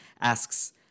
asks